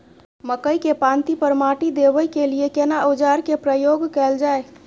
मकई के पाँति पर माटी देबै के लिए केना औजार के प्रयोग कैल जाय?